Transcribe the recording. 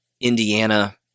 Indiana